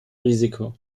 risiko